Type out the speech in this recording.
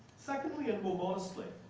secondly, and more modestly,